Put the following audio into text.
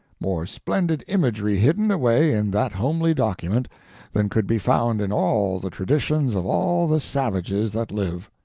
more splendid imagery hidden away in that homely document than could be found in all the traditions of all the savages that live.